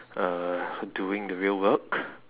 uh doing the real work